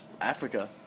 Africa